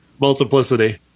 Multiplicity